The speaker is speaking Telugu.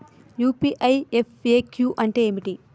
యూ.పీ.ఐ ఎఫ్.ఎ.క్యూ అంటే ఏమిటి?